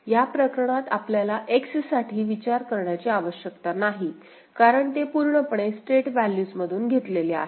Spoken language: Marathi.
या प्रकरणात आपल्याला X साठी विचार करण्याची आवश्यकता नाही कारण ते पूर्णपणे स्टेट व्हॅल्यूज मधून घेतलेले आहे